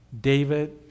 David